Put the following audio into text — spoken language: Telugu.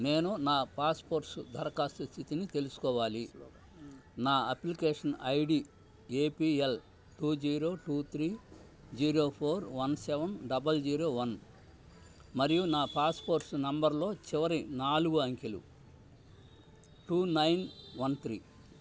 నేను నా పాస్పోర్ట్సు దరఖాస్తు స్థితిని తెలుసుకోవాలి నా application ID APL two zero two three zero four one seven double zero one మరియు నా పాస్పోర్ట్స్ నంబర్లో చివరి నాలుగు అంకెలు టూ నైన్ వన్ త్రీ